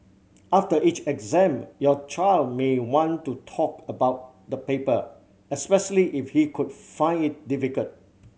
after each exam your child may want to talk about the paper especially if he could found it difficult